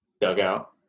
dugout